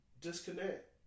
disconnect